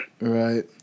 Right